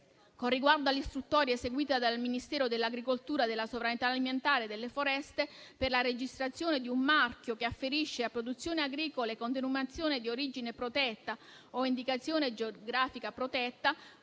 Con riguardo all'istruttoria eseguita dal Ministero dell'agricoltura, della sovranità alimentare e delle foreste per la registrazione di un marchio che afferisce a produzioni agricole con denominazione di origine protetta o indicazione geografica protetta,